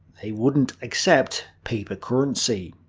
they wouldn't accept paper currency.